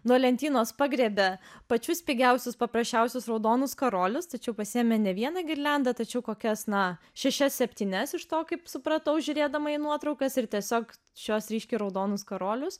nuo lentynos pagriebė pačius pigiausius paprasčiausius raudonus karolius tačiau pasiėmė ne vieną girliandą tačiau kokias na šešias septynias iš to kaip supratau žiūrėdama į nuotraukas ir tiesiog šiuos ryškiai raudonus karolius